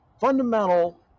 fundamental